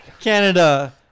Canada